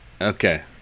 Okay